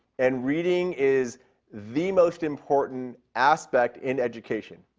and reading is the most important aspect in education.